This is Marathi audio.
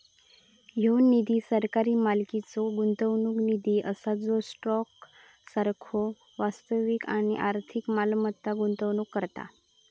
ह्यो निधी सरकारी मालकीचो गुंतवणूक निधी असा जो स्टॉक सारखो वास्तविक आणि आर्थिक मालमत्तांत गुंतवणूक करता